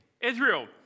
Israel